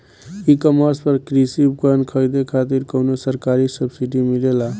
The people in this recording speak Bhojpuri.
ई कॉमर्स पर कृषी उपकरण खरीदे खातिर कउनो सरकारी सब्सीडी मिलेला?